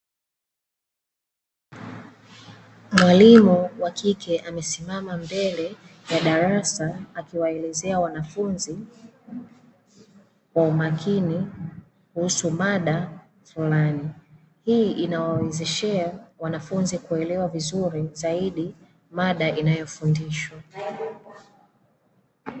Mwalimu wa kike amesimama mbele ya darasa, akiwaelezea wanafunzi kwa umakini kuhusu mada fulani. Hii inawawezeshea wanafunzi kuelewa vizuri mada inayofundishwa.